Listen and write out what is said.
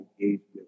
engagement